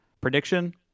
Prediction